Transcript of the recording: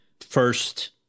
first